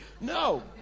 No